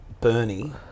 Bernie